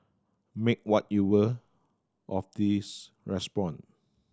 make what you will of this response